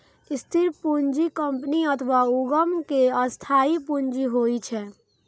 स्थिर पूंजी कंपनी अथवा उद्यम के स्थायी पूंजी होइ छै